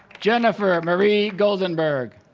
jennifer marie goldenberg